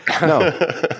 no